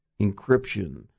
encryption